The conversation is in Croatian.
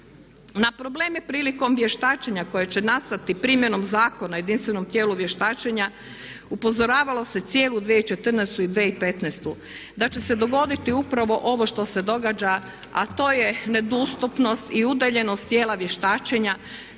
Na probleme prilikom vještačenja koje će nastati primjenom Zakona o jedinstvenom tijelu vještačenja upozoravalo se cijelu 2014. i 2015., da će se dogoditi upravo ovo što se događa a to je nedostupnost i udaljenost tijela vještačenja.